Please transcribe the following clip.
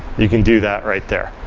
you can do that right there.